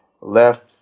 left